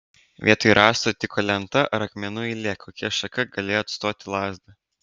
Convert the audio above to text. vietoj rąsto tiko lenta ar akmenų eilė kokia šaka galėjo atstoti lazdą